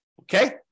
okay